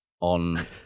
on